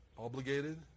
Obligated